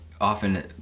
often